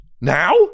Now